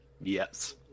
Yes